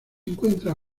encuentra